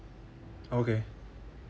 okay